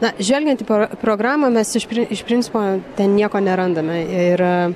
na žvelgiant į pro programą mes iš iš principo ten nieko nerandame ir